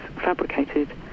fabricated